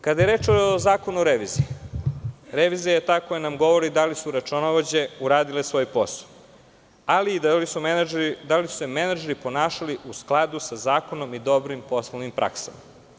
Kada je reč o zakonu o reviziji, revizija je ta koja nam govori da li su računovođe uradile svoj posao, ali i da li su se menadžeri ponašali u skladu sa zakonom i dobrim poslovnim praksama.